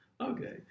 Okay